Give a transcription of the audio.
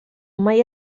mai